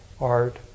art